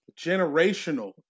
generational